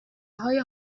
های